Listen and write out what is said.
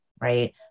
right